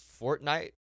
Fortnite